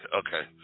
okay